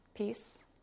Peace